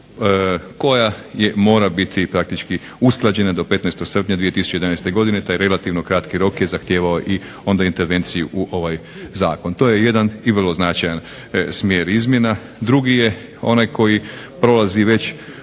koja je mora biti praktički usklađena do 15. srpnja 2011. godine, taj relativno kratki rok je zahtijevao i onda intervenciju u ovaj zakon. To je jedan i vrlo značajan smjer izmjena. Drugi je onaj koji prolazi već